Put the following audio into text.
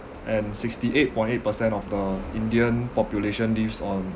and sixty eight point eight percent of the indian population lives on